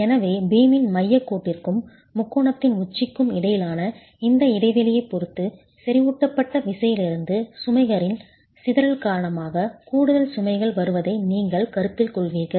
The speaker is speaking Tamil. எனவே பீமின் மையக் கோட்டிற்கும் முக்கோணத்தின் உச்சிக்கும் இடையிலான இந்த இடைவெளியைப் பொறுத்து செறிவூட்டப்பட்ட விசையிலிருந்து சுமைகளின் சிதறல் காரணமாக கூடுதல் சுமைகள் வருவதை நீங்கள் கருத்தில் கொள்வீர்கள்